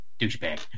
Douchebag